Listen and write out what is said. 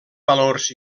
valors